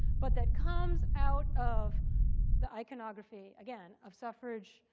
but that comes out of the iconography, again, of suffrage,